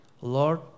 Lord